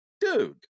dude